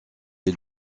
est